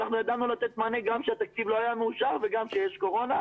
אנחנו ידענו לתת מענה גם כשהתקציב לא היה מאושר וגם כשיש קורונה.